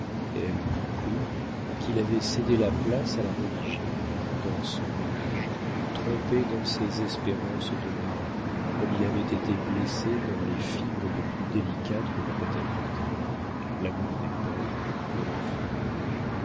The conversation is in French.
elles comprirent qu'il avait cédé la place à la religion dans son ménage trompé dans ses espérances de mari comme il avait été blessé dans les fibres les plus délicates de la paternité l'amour des pères pour leurs filles